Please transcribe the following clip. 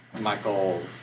Michael